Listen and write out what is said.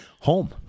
home